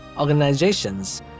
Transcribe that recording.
organizations